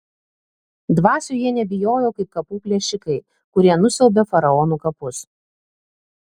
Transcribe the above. dvasių jie nebijojo kaip kapų plėšikai kurie nusiaubia faraonų kapus